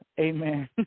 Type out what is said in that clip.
Amen